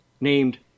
named